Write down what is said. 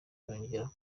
yongera